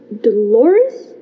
Dolores